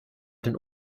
den